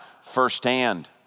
firsthand